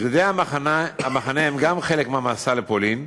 שרידי המחנה הם גם חלק מהמסע לפולין,